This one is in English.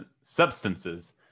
substances